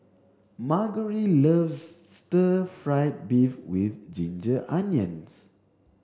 Margery loves stir fried beef with ginger onions